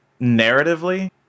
narratively